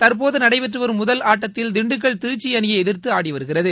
தற்போது நடைபெற்று வரும் முதல் ஆட்டத்தில் திண்டுக்கல் திருச்சி அணியை எதிர்த்து ஆடி வருகிறது